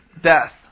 death